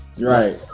Right